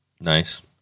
Nice